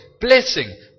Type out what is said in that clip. Blessing